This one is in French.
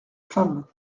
femme